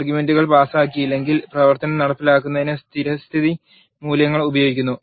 R ഗ്യുമെൻറുകൾ പാസാക്കിയില്ലെങ്കിൽ പ്രവർ ത്തനം നടപ്പിലാക്കുന്നതിന് സ്ഥിരസ്ഥിതി മൂല്യങ്ങൾ ഉപയോഗിക്കുന്നു